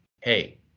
hey